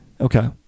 Okay